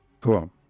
Cool